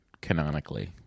canonically